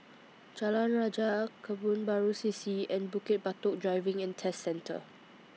Jalan Rajah Kebun Baru C C and Bukit Batok Driving and Test Centre